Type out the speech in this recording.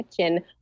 kitchen